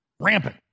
Rampant